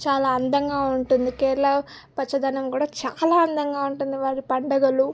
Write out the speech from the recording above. చాలా అందంగా ఉంటుంది కేరళ పచ్చదనం కూడా చాలా అందంగా ఉంటుంది వారి పండగలు